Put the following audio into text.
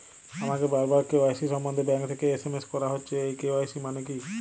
আমাকে বারবার কে.ওয়াই.সি সম্বন্ধে ব্যাংক থেকে এস.এম.এস করা হচ্ছে এই কে.ওয়াই.সি মানে কী?